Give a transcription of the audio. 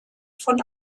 von